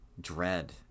dread